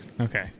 Okay